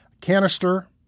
canister